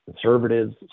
Conservatives